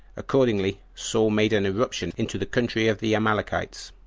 accordingly, saul made an irruption into the country of the amalekites,